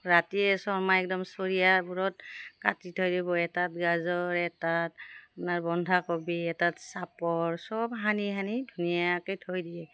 ৰাতিয়ে শৰ্মাই একদম চৰিয়াবোৰত কাটি থৈ দিব এটাত গাজৰ এটাত আপোনাৰ বন্ধাকবি এটাত চাপৰ চব সানি সানি ধুনীয়াকৈ থৈ দিয়ে